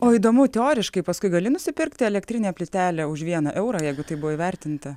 o įdomu teoriškai paskui gali nusipirkti elektrinę plytelę už vieną eurą jeigu tai buvo įvertinta